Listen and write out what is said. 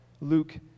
Luke